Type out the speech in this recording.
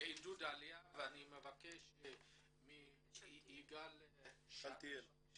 לעידוד העלייה, יגאל שאלתיאל.